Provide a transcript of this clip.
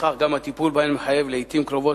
וכך גם הטיפול בהן מחייב לעתים קרובות